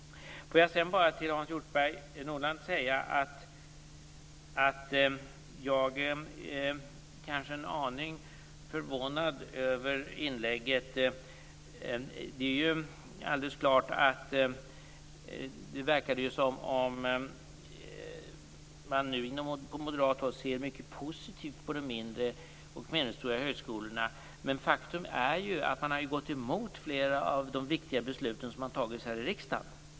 Till Hans Hjortzberg-Nordlund vill jag säga att jag är en aning förvånad över hans inlägg. Det verkar som om man nu från moderat håll nu ser mycket positivt på de mindre och medelstora högskolorna. Men faktum är att Moderaterna har gått emot flera av de viktiga beslut som har fattats här i riksdagen.